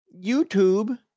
YouTube